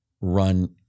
run